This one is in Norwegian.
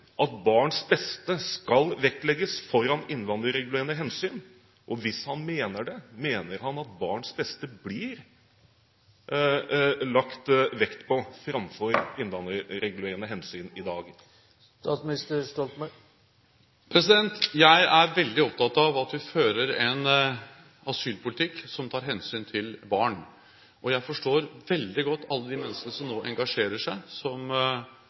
at barns beste skal vektlegges foran innvandringsregulerende hensyn? Og hvis han mener det, mener han at barns beste blir lagt vekt på framfor innvandringsregulerende hensyn i dag? Jeg er veldig opptatt av at vi fører en asylpolitikk som tar hensyn til barn, og jeg forstår veldig godt alle de menneskene som nå engasjerer seg, som